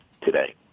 today